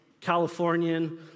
Californian